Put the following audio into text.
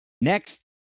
Next